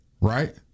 right